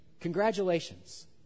Congratulations